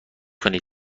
کنید